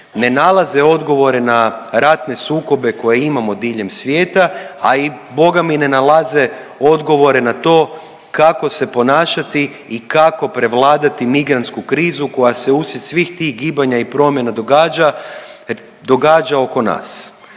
ne nalaze odgovore na ratne sukobe koje imamo diljem svijeta, a i boga mi ne nalaze odgovore na to kako se ponašati i kako prevladati migrantsku krizu koja se uslijed svih tih gibanja i promjena događa oko nas.